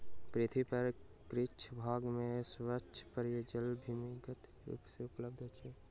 पृथ्वी पर किछ भाग में स्वच्छ पेयजल भूमिगत जल के रूप मे उपलब्ध अछि